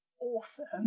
awesome